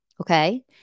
okay